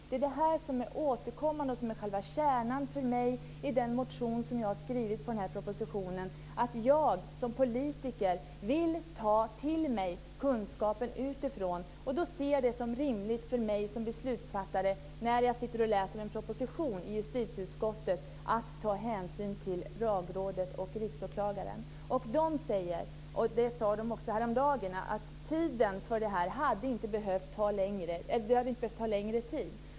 Det är detta som är återkommande och som är själva kärnan för mig i den motion som jag har skrivit med anledning av propositionen. Jag som politiker vill ta till mig kunskapen utifrån. Då ser jag det som rimligt att jag som beslutsfattare tar hänsyn till Lagrådets och Riksåklagarens synpunkter när jag sitter och läser en proposition i justitieutskottet. De säger - det sade de också häromdagen - att det inte hade behövt ta längre tid.